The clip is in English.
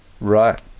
Right